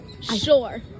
Sure